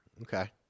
Okay